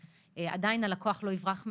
עדיין הלקוח לא יברח מהם,